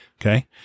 Okay